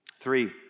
Three